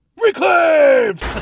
reclaimed